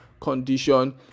condition